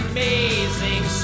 Amazing